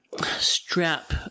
strap